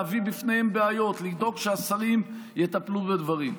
להביא בפניהם בעיות ולדאוג שהשרים יטפלו בדברים.